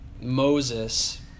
Moses